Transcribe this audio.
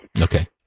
Okay